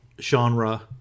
genre